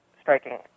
striking